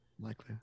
Likely